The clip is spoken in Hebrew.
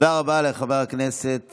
תודה רבה לחבר הכנסת